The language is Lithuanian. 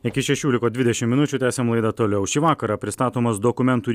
iki šešių liko dvidešim minučių tęsiam laidą toliau šį vakarą pristatomas dokumentų